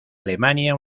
alemania